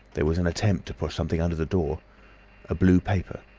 there was an attempt to push something under the door a blue paper.